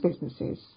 businesses